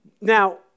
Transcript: now